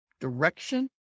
direction